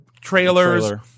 trailers